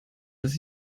dass